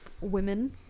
women